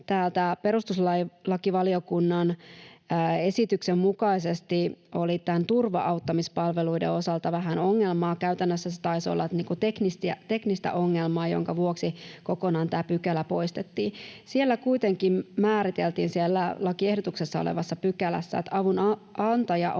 perustuslakivaliokunnan esityksen mukaisesti — oli näiden turva-auttamispalveluiden osalta vähän ongelmaa. Käytännössä se taisi olla teknistä ongelmaa, jonka vuoksi tämä pykälä poistettiin kokonaan. Siellä lakiehdotuksessa olevassa pykälässä kuitenkin